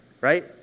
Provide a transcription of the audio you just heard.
right